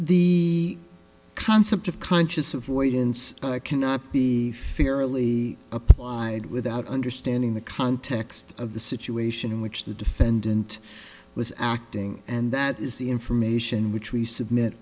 the concept of conscious avoidance cannot be fairly applied without understanding the context of the situation in which the defendant was acting and that is the information which we submit